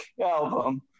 album